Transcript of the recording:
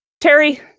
Terry